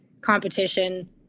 competition